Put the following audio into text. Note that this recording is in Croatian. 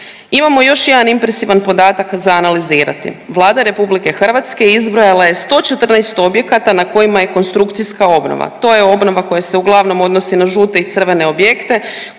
Imamo još jedan impresivan podatak za analizirati. Vlada Republike Hrvatske izbrojala je 114 objekata na kojima je konstrukcijska obnova. To je obnova koja se uglavnom odnosi na žute i crvene objekte